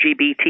LGBT